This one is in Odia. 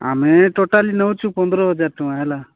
ଆମେ ଟୋଟାଲ୍ ନେଉଛୁ ପନ୍ଦର ହଜାର ଟଙ୍କା ହେଲା